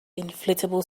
inflatable